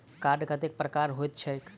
Card कतेक प्रकारक होइत छैक?